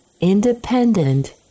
independent